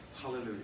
Hallelujah